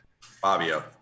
Fabio